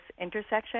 intersection